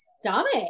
stomach